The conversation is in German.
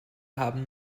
haben